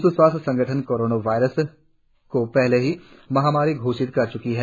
विशव सवास्थय संगठन कोरोना वायरस को पहले ही महामारी घोषित कर च्का है